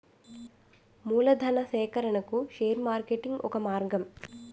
మూలధనా సేకరణకు share marketing ఒక మార్గం